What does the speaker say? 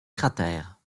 cratère